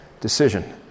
decision